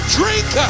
drink